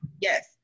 Yes